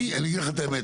אני אגיד לך את האמת.